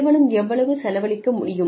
நிறுவனம் எவ்வளவு செலவழிக்க முடியும்